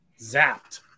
zapped